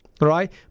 right